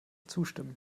zustimmen